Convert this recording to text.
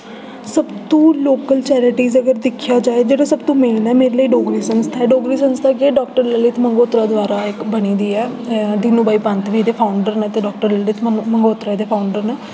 सबतों लोकल चैरीटियें अगर दिक्खेआ जा जेह्ड़ा सबतों मेन ऐ मेरे लेई डोगरी संस्था ऐ डोगरी संस्था केह् डाक्टर ललित मंगोत्रा द्वारा इक बनी दी ऐ दीनू भाई पन्त बी एह्दे फाउंडर न ते डाक्टर ललित मंगोत्रा एह्दे फाउंडर न